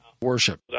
worship